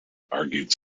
argued